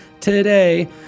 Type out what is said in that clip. today